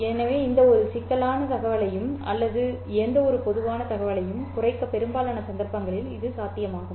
எனவே எந்தவொரு சிக்கலான தகவலையும் அல்லது எந்தவொரு பொதுவான தகவலையும் குறைக்க பெரும்பாலான சந்தர்ப்பங்களில் இது சாத்தியமாகும்